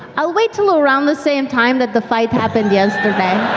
i will wait til around the same time that the fight happened yesterday.